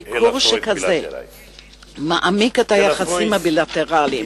ביקור שכזה מעמיק את היחסים הבילטרליים,